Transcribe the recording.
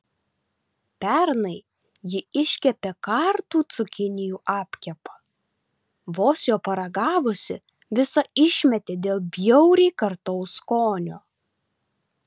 pernai ji iškepė kartų cukinijų apkepą vos jo paragavusi visą išmetė dėl bjauriai kartaus skonio